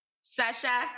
Sasha